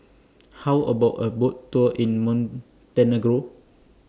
How about A Boat Tour in Montenegro